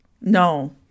No